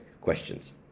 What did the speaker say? questions